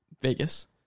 Vegas